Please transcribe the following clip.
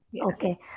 okay